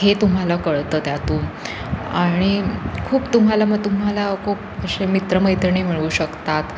हे तुम्हाला कळतं त्यातून आणि खूप तुम्हाला मग तुम्हाला खूप असे मित्रमैत्रिणी मिळू शकतात